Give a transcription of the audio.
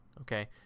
okay